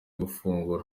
gufungura